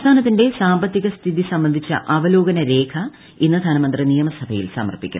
സംസ്ഥാനത്തിന്റെ സാമ്പത്തികസ്ഥിതി സംബന്ധിച്ച അവലോകന രേഖ ഇന്ന് ധനമന്ത്രി നിയമസഭയിൽ സമർപ്പിക്കും